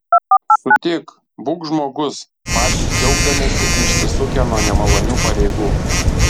sutik būk žmogus patys džiaugdamiesi išsisukę nuo nemalonių pareigų